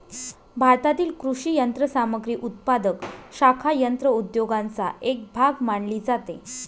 भारतातील कृषी यंत्रसामग्री उत्पादक शाखा यंत्र उद्योगाचा एक भाग मानली जाते